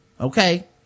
Okay